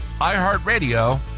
iHeartRadio